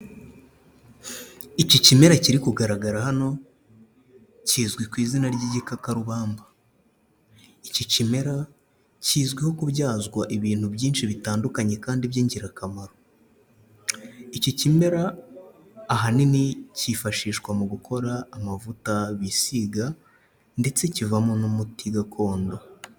Iki kimera kiri kugaragara hano kizwi ku izina ry'igikakarubamba. Iki kimera kizwiho kubyazwa ibintu byinshi bitandukanye kandi by'ingirakamaro. Iki kimera ahanini cyifashishwa mu gukora amavuta bisiga ndetse kivamo n'umuti gakondo.